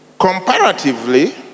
comparatively